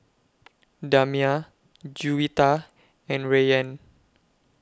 Damia Juwita and Rayyan